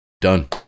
Done